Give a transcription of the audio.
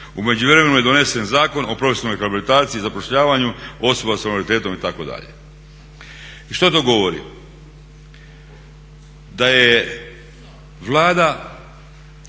U međuvremenu je donesen Zakon o profesionalnoj rehabilitaciji i zapošljavanja osoba s invaliditetom itd. I što to govori, da je Vlada